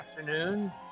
afternoon